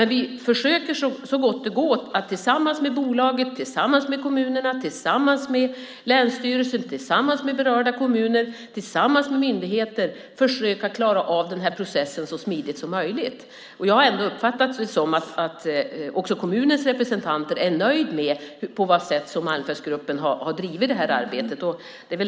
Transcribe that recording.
Vi försöker så gott det går att tillsammans med bolaget, berörda kommuner, länsstyrelsen och myndigheter klara av processen så smidigt som möjligt. Jag har uppfattat det som att kommunens representanter är nöjda med det sätt som Malmfältsgruppen har bedrivit arbetet.